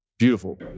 beautiful